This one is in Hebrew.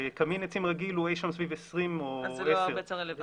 וקמין עצים רגיל הוא אי שם סביב 20 או 10 קילו ואט.